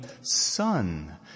Son